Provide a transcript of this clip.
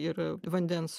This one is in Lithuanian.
ir vandens